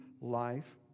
life